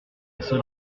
seule